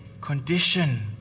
condition